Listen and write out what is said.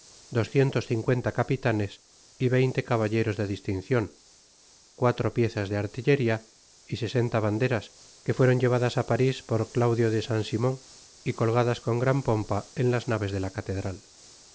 capitanes y veinte cabatleros de distincion cuatro piezas de artilleria y sesenta banderas que fueron llevadas á paris por claudio de saint simon y colgadas con gran pompa en las naves de la catedral